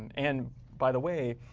and by the way,